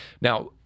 Now